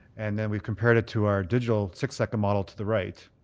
and then we've compared it to our digital six second model to the right.